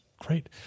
Great